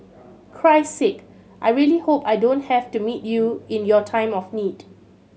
Christ Sake I really hope I don't have to meet you in your time of need